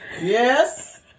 Yes